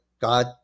God